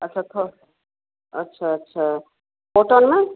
अच्छा थोक अच्छा अच्छा कॉटन में